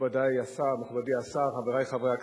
תודה רבה לך, מכובדי השר, חברי חברי הכנסת,